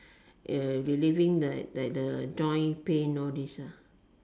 uh relieving the like the joint pain all these ah